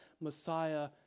Messiah